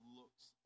looks